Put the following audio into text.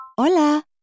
Hola